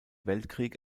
weltkrieg